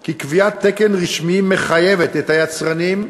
כי קביעת תקן רשמי מחייבת את היצרנים,